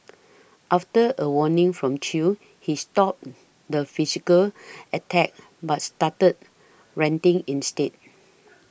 after a warning from Chew he stopped the physical attacks but started ranting instead